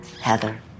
Heather